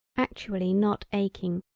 actually not aching,